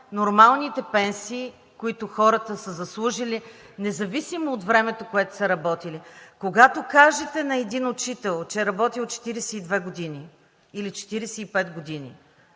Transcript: нормалните пенсии, които хората са заслужили, независимо от времето, в което са работили. Когато кажете на един учител, че е работил 42 години или 45 години